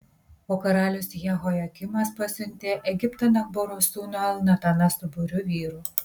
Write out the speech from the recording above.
o karalius jehojakimas pasiuntė egiptan achboro sūnų elnataną su būriu vyrų